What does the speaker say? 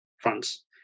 France